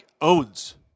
owns